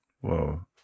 Whoa